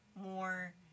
more